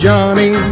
Johnny